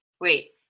wait